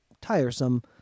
tiresome